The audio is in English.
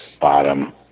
bottom